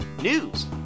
news